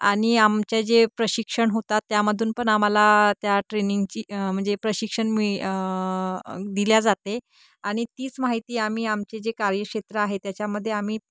आणि आमचे जे प्रशिक्षण होतात त्यामधून पण आम्हाला त्या ट्रेनिंगची म्हणजे प्रशिक्षण मिळ दिल्या जाते आणि तीच माहिती आम्ही आमचे जे कार्यक्षेत्र आहे त्याच्यामध्ये आम्ही